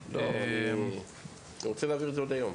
אני רוצה להעביר את זה עוד היום.